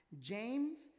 James